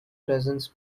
presence